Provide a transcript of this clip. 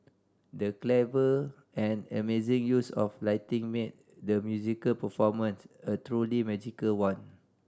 the clever and amazing use of lighting made the musical performance a truly magical one